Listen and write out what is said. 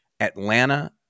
Atlanta